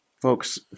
Folks